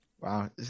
Wow